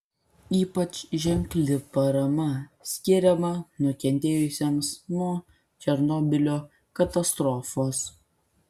ypač ženkli parama skiriama nukentėjusiems nuo černobylio katastrofos